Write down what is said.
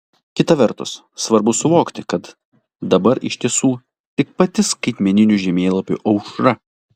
kita vertus svarbu suvokti kad dabar iš tiesų tik pati skaitmeninių žemėlapių aušra